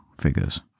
figures